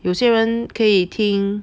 有些人可以听